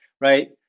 right